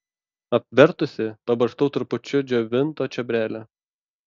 apvertusi pabarstau trupučiu džiovinto čiobrelio